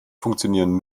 funktionieren